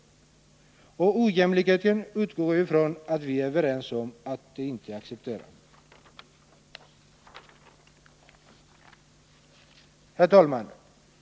Och jag utgår ifrån att vi är överens om att inte acceptera ojämlikheten. Herr talman!